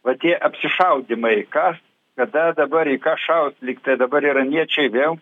va tie apsišaudymai kas kada dabar į ką šaus lyg tai dabar iraniečiai vėl